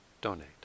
donate